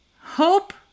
Hope